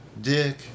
Dick